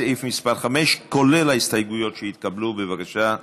מאיר כהן וטלי פלוסקוב לסעיף 5 נתקבלה.